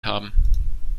haben